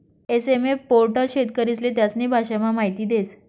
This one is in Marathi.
एस.एम.एफ पोर्टल शेतकरीस्ले त्यास्नी भाषामा माहिती देस